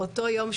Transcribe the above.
באותו יום,